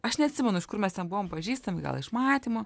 aš neatsimenu iš kur mes ten buvom pažįstami gal iš matymo